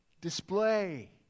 display